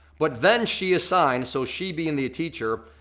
but then she assigned, so she being the teacher,